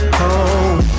home